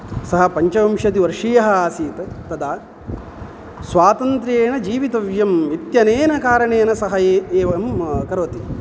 सः पञ्चविंशतिवर्षीयः आसीत् तदा स्वातन्त्र्येण जीवितव्यम् इत्यनेन कारणेन सः ए एवं करोति